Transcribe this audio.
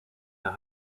the